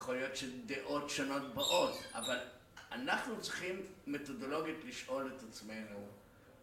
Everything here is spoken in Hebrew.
יכול להיות שדעות שונות באות, אבל אנחנו צריכים מתודולוגית לשאול את עצמנו